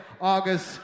August